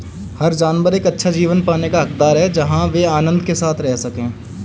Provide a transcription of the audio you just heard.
हर जानवर एक अच्छा जीवन पाने का हकदार है जहां वे आनंद के साथ रह सके